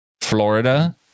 Florida